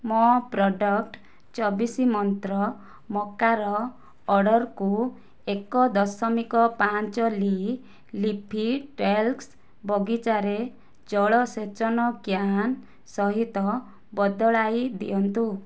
ମୋ' ପ୍ରଡ଼କ୍ଟ୍ ଚବିଶି ମନ୍ତ୍ର ମକାର ଅର୍ଡ଼ର୍କୁ ଏକ ଦଶମିକ ପାଞ୍ଚ ଲି ଲିଫି ଟେଲ୍ସ ବଗିଚାରେ ଜଳସେଚନ କ୍ୟାନ୍ ସହିତ ବଦଳାଇ ଦିଅନ୍ତୁ